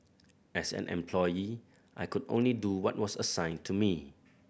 as an employee I could only do what was assigned to me